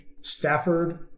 Stafford